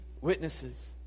witnesses